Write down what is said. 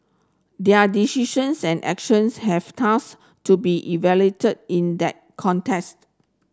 their decisions and actions have thus to be evaluated in that context